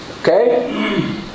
Okay